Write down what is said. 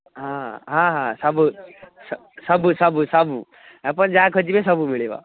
ହଁ ହଁ ସବୁ ସବୁ ସବୁ ସବୁ ଆପଣ ଯାହା ଖୋଜିବେ ସବୁ ମିଳିବ